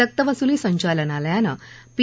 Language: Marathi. सक्तवसुली संचालनालयानं पी